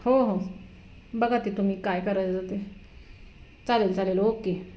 हो हो बघा ते तुम्ही काय करायचं ते चालेल चालेल ओके